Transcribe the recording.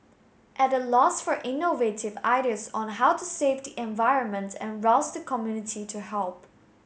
at a loss for innovative ideas on how to save the environment and rouse the community to help